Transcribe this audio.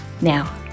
Now